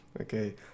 okay